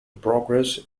progress